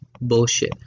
bullshit